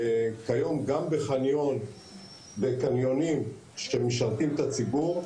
כיום גם בחניונים בקניונים שמשרתים את הציבור,